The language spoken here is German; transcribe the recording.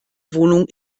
wohnung